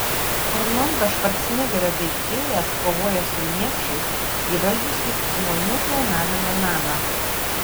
arnoldo švarcnegerio veikėjas kovoja su niekšais įvaldžiusiais žmonių klonavimo meną